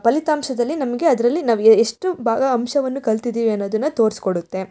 ಫಲಿತಾಂಶದಲ್ಲಿ ನಮಗೆ ಅದರಲ್ಲಿ ನಾವು ಎಷ್ಟು ಭಾಗ ಅಂಶವನ್ನು ಕಲ್ತಿದ್ದೀವಿ ಅನ್ನೋದನ್ನು ತೋರಿಸ್ಕೋಡುತ್ತೆ